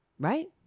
right